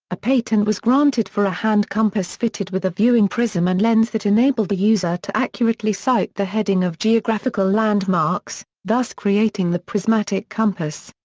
a patent was granted for a hand compass fitted with a viewing prism and lens that enabled the user to accurately sight the heading of geographical landmarks, thus creating the prismatic compass.